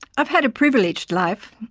i've had a privileged life.